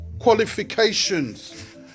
qualifications